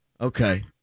Okay